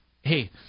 hey –